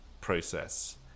process